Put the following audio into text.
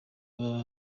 baba